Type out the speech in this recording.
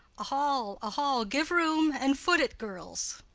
a hall, a hall! give room! and foot it, girls.